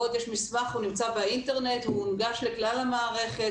יש מסמך שנמצא באינטרנט והוא מונגש לכלל המערכת,